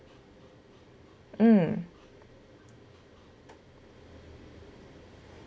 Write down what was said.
mm